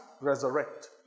resurrect